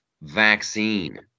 vaccine